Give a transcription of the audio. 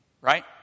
right